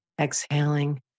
exhaling